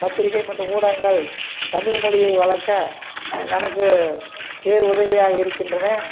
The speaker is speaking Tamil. பத்திரிக்கை மட்டும் ஊடகங்கள் தமிழ் மொழியை வளர்க்க நமக்கு பேர் உதவியாக இருக்கின்றன